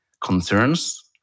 concerns